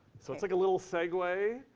so it's like a little segway?